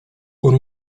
con